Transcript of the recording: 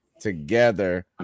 together